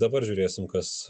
dabar žiūrėsim kas